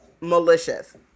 malicious